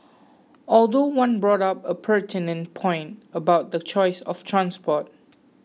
although one brought up a pertinent point about the choice of transport